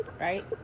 Right